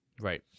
right